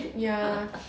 ya